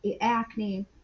acne